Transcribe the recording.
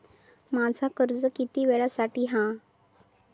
माझा कर्ज किती वेळासाठी हा?